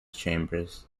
chambers